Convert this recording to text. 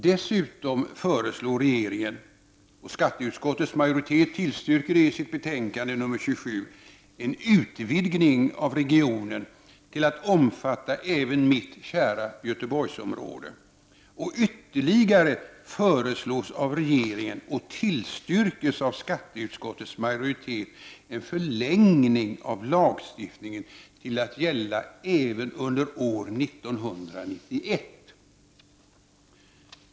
Dessutom föreslår regeringen — och skatteutskottets majoritet tillstyrker det i sitt betänkande nr 27 — en utvidgning av regionen till att omfatta även mitt kära Göteborgsområde. Och ytterligare föreslås av regeringen och tillstyrkes av skatteutskottets majoritet en förlängning av lagstiftningen till att gälla även under år 1991.